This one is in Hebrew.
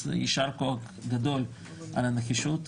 אז יישר כוח גדול על הנחישות,